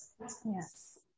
Yes